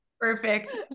perfect